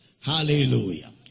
Hallelujah